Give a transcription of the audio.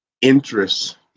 interest